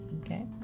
okay